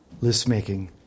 list-making